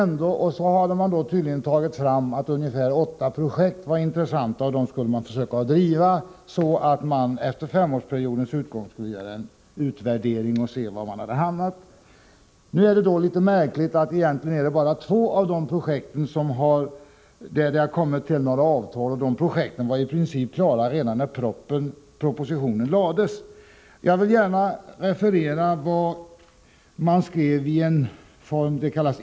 Man har tydligen kommit fram till att ungefär åtta projekt var intressanta, och dem skulle man försöka driva så att man efter femårsperiodens utgång skulle göra en utvärdering och se var man hade hamnat. Det är litet märkligt att egentligen bara två av dessa projekt har kommit så långt som till avtal, och dessa var i princip klara redan när propositionen lades fram. Jag vill gärna referera vad som skrevs i ens.k.